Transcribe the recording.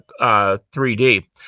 3D